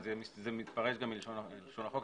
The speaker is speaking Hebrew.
זה מתפרש גם מלשון החוק.